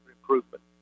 improvement